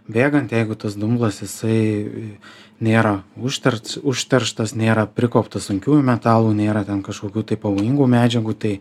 bėgant jeigu tas dumblas jisai nėra užterč užterštas nėra prikaupta sunkiųjų metalų nėra ten kažkokių tai pavojingų medžiagų tai